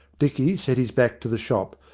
dicky set his back to the shop,